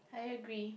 I agree